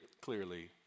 clearly